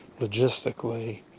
logistically